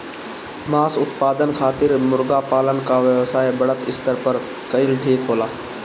मांस उत्पादन खातिर मुर्गा पालन क व्यवसाय बड़ा स्तर पर कइल ठीक होला